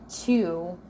two